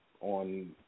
on